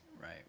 Right